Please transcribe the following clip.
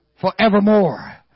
forevermore